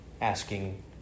asking